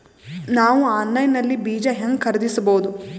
ನಾವು ಆನ್ಲೈನ್ ನಲ್ಲಿ ಬೀಜ ಹೆಂಗ ಖರೀದಿಸಬೋದ?